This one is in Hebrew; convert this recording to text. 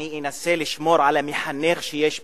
אני אנסה לשמור על המחנך שיש בי.